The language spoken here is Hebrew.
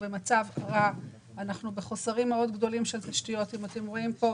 במצב רע ובחוסרים גדולים של תשתיות מים,